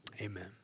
Amen